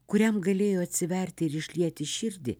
kuriam galėjo atsiverti ir išlieti širdį